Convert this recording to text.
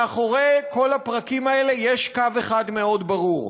מאחורי כל הפרקים האלה יש קו אחד מאוד ברור: